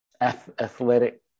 athletic